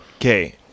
Okay